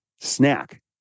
snack